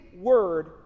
word